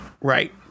Right